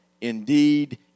Indeed